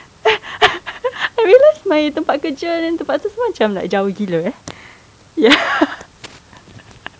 I realised my tempat kerja dan tempat semua macam jauh gila ya